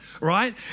right